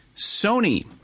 Sony